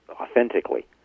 authentically